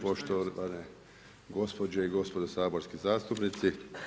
Poštovane gospođo i gospodo saborski zastupnici.